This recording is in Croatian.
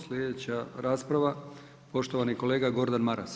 Sljedeća rasprava, poštovani kolega Gordan Maras.